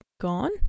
gone